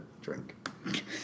drink